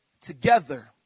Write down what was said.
together